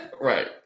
Right